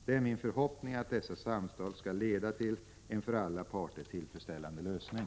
Det är min förhoppning att dessa samtal skall leda till en för alla parter tillfredsställande lösning.